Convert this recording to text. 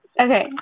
Okay